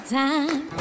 time